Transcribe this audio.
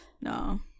No